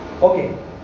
Okay